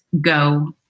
Go